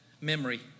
memory